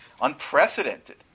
unprecedented